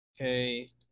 Okay